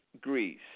Greece